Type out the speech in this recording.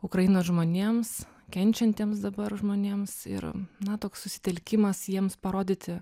ukrainos žmonėms kenčiantiems dabar žmonėms ir na toks susitelkimas jiems parodyti